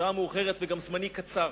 השעה מאוחרת וזמני קצר.